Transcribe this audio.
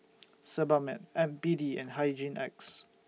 Sebamed B D and Hygin X